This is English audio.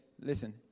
Listen